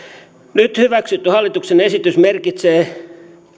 nyt hyväksytty hallituksen esitys merkitsee